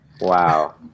Wow